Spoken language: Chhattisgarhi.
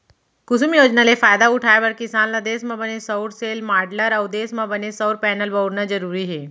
कुसुम योजना ले फायदा उठाए बर किसान ल देस म बने सउर सेल, माँडलर अउ देस म बने सउर पैनल बउरना जरूरी हे